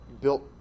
built